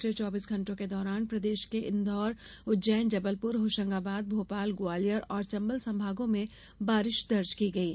पिछले चौबीस घंटों के दौरान प्रदेश के इंदौर उज्जैन जबलपुर होशंगाबाद भोपाल ग्वालियर और चंबल संभागों में बारिश दर्ज की गयीं